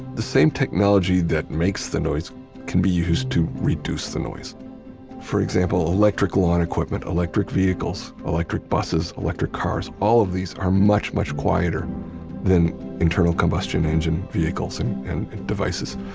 the same technology that makes the noise can be used to reduce the noise for example, electric lawn equipment, electric vehicles, electric buses, electric cars. all of these are much, much quieter than internal combustion engine vehicles and and devices.